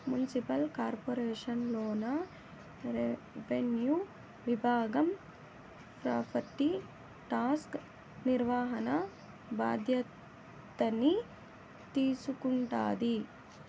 municipal corporation లోన revenue విభాగం property tax నిర్వహణ బాధ్యతల్ని తీసుకుంటాది